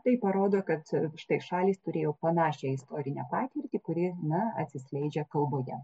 tai parodo kad štai šalys turėjo panašią istorinę patirtį kuri na atsiskleidžia kalboje